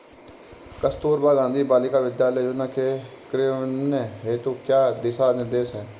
कस्तूरबा गांधी बालिका विद्यालय योजना के क्रियान्वयन हेतु क्या दिशा निर्देश हैं?